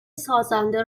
سازنده